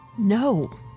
No